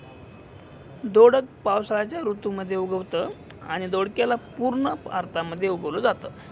दोडक पावसाळ्याच्या ऋतू मध्ये उगवतं आणि दोडक्याला पूर्ण भारतामध्ये उगवल जाता